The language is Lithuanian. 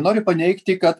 noriu paneigti ka